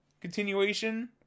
continuation